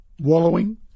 wallowing